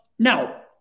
Now